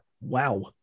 Wow